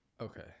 Okay